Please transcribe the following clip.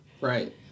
Right